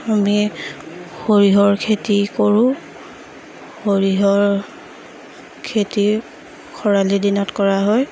আমি সৰিয়হৰ খেতি কৰোঁ সৰিয়হৰ খেতি খৰালি দিনত কৰা হয়